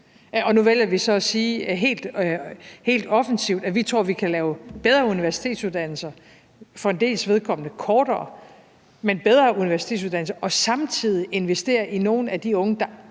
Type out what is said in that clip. nu vælger vi så at sige helt offensivt, at vi tror, at vi kan lave bedre universitetsuddannelser, for en dels vedkommende bliver de kortere, og samtidig investere i nogle af de unge, der